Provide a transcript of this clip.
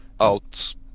out